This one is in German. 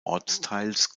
ortsteils